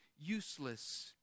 Useless